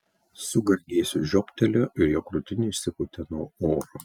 su gargėsiu žioptelėjo ir jo krūtinė išsipūtė nuo oro